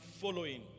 following